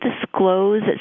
disclose